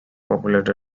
populated